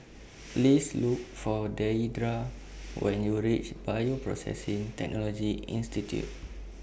Please Look For Deidra when YOU REACH Bioprocessing Technology Institute